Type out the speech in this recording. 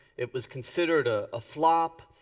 it was considered a ah flop.